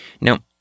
Now